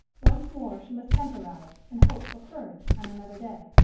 once more she must temporise, and hope for courage on another day.